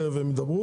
תכף הם ידברו